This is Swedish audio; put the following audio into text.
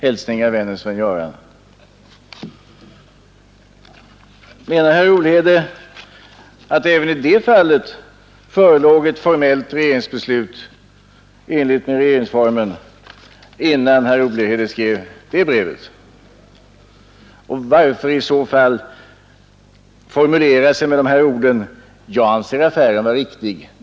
Hälsningar Menar herr Olhede att det förelåg ett formellt regeringsbeslut i enlighet med regeringsformen också innan herr Olhede skrev det brevet? Varför i så fall uttrycka sig med orden: ” Jag anser affären vara riktig.